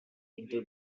into